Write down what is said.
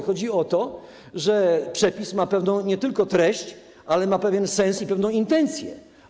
Chodzi o to, że przepis ma nie tylko pewną treść, ale ma pewien sens i pewną intencję.